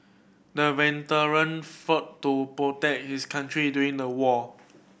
the veteran fought to protect his country during the war